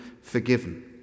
forgiven